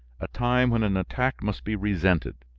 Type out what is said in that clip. a time when an attack must be resented.